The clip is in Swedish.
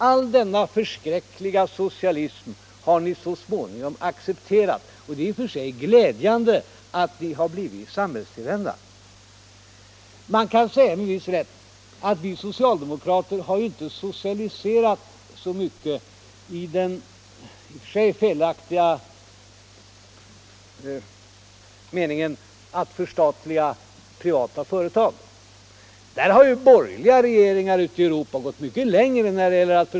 All denna förskräckliga socialism har ni så småningom accepterat, och det är i och för sig glädjande att ni har blivit samhällstillvända. Man kan med en viss rätt säga att vi socialdemokrater har inte socialiserat så mycket i den i och för sig felaktiga meningen att förstatliga privata företag. Där har ju borgerliga regeringar ute i Europa gått mycket längre.